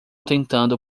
tentando